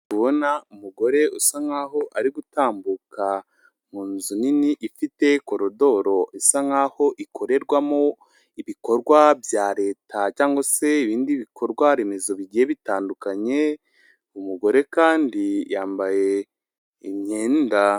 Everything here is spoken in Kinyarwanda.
Ndi kubona umugore usa nkaho ari gutambuka mu nzu nini ifite korodoro isa nkaho ikorerwamo ibikorwa bya leta, cyangwa se ibindi bikorwa remezo bigiye bitandukanye, umugore kandi yambaye imyenda.